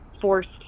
forced